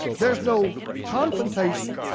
there's no confrontation.